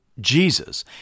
Jesus